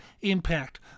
impact